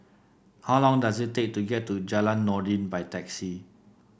how long does it take to get to Jalan Noordin by taxi